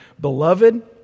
Beloved